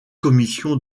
commission